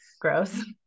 gross